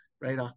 right